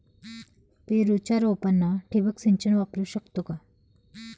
पेरूच्या रोपांना ठिबक सिंचन वापरू शकतो का?